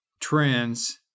trends